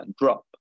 drop